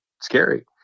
scary